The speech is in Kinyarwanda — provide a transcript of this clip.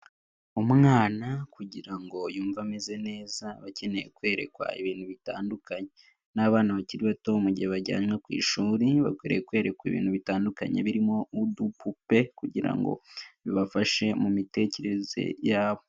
Umwana kugira ngo yumve ameze neza aba akeneye kwerekwa ibintu bitandukanye n'abana bakiri bato mu gihe bajyanywe ku ishuri bakwiriye kwerekwa ibintu bitandukanye, birimo udupupe kugira ngo bibafashe mu mitekerereze yabo.